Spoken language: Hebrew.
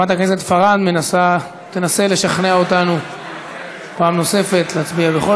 חברת הכנסת פארן תנסה לשכנע אותנו פעם נוספת להצביע בכל